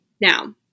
now